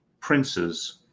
princes